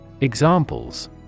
Examples